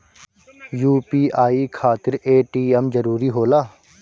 UPI खातिर ATM जरूरी होला?